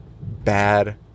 Bad